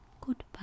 Goodbye